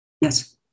Yes